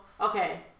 okay